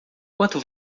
quanto